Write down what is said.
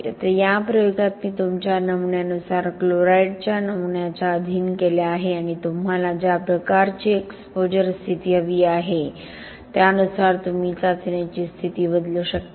आता या प्रयोगात मी तुमच्या नमुन्यानुसार क्लोराईडच्या नमुन्याच्या अधीन केले आहे आणि तुम्हाला ज्या प्रकारची एक्सपोजर स्थिती हवी आहे त्यानुसार तुम्ही चाचणीची स्थिती बदलू शकता